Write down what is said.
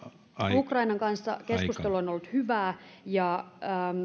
ukrainan kanssa keskustelu on ollut hyvää ja